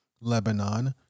Lebanon